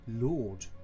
Lord